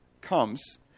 comes